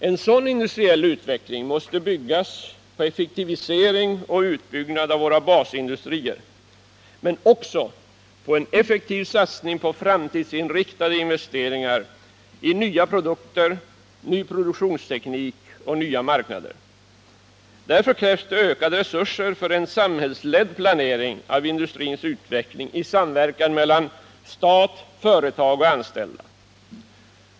En sådan industriell utveckling måste bygga på effektivisering och utbyggnad av våra basindustrier men också på en effektiv satsning på framtidsinriktade investeringar i nya produkter, ny produktionsteknik och nya marknader. Därför krävs ökade resurser för en samhällsledd planering av industrins utveckling i samverkan mellan stat, företag och anställda.